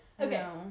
Okay